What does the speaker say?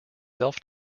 self